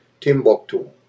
Timbuktu